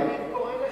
קורא לחרם.